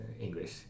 English